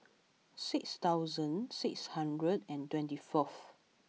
six thousand six hundred and twenty fourth